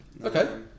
Okay